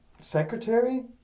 secretary